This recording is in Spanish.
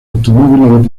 automóviles